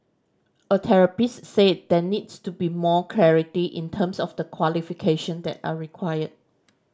a therapist said there needs to be more clarity in terms of the qualification that are required